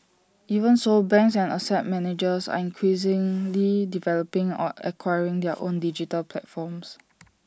even so banks and asset managers are increasingly developing or acquiring their own digital platforms